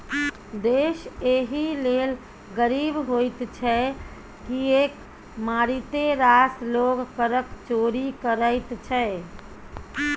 देश एहि लेल गरीब होइत छै किएक मारिते रास लोग करक चोरि करैत छै